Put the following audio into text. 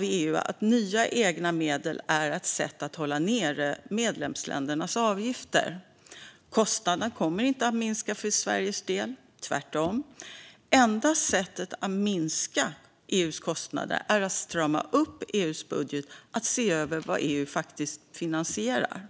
EU att nya egna medel är ett sätt att hålla nere medlemsländernas avgifter. Kostnaderna kommer inte att minska för Sveriges del, tvärtom. Enda sättet att minska EU:s kostnader är att strama upp EU:s budget - att se över vad EU faktiskt finansierar.